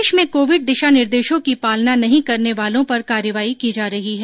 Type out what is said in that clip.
प्रदेश में कोविड दिशा निर्देशों की पालना नहीं करने वालों पर कार्यवाही की जा रही है